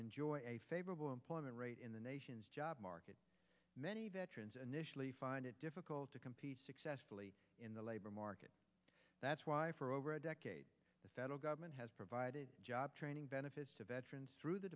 enjoy a favorable employment rate in the nation's job market many find it difficult to compete successfully in the labor market that's why for over a decade the federal government has provided job training benefits to veterans through the